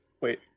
Wait